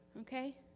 Okay